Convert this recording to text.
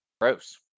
Gross